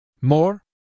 More